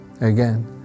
again